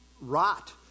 rot